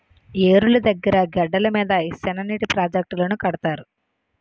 ఏరుల దగ్గిర గెడ్డల మీద ఈ సిన్ననీటి ప్రాజెట్టులను కడతారు